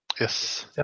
Yes